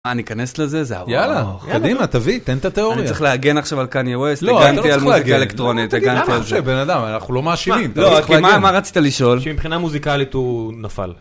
אני אכנס לזה? זה ארוך. יאללה, קדימה תביא, תן את התאוריה. אני צריך להגן עכשיו על קניה ווסט? לא, אתה לא צריך להגן. הגנתי על מוזיקה אלקטרונית, הגנתי על זה. תגיד מה אתה חושב, בן אדם, אנחנו לא מאשימים. לא, כי מה רצית לשאול? שמבחינה מוזיקלית הוא נפל.